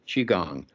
Qigong